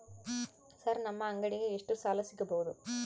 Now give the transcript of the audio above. Sir ನಮ್ಮ ಅಂಗಡಿಗೆ ಎಷ್ಟು ಸಾಲ ಸಿಗಬಹುದು?